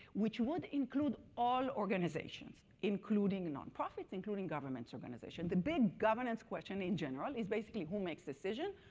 which would include all organizations, including and non-profits, including government organization. the big governance question in general is basically who makes decision?